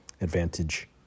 advantage